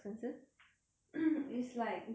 it's like decent